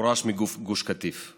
גורש מגוש קטיף.